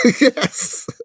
Yes